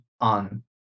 on